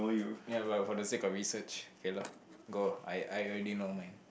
ya well for the sake of research okay lah go I I already know mine